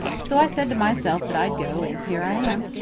so i said to myself that i'd go, and here i am.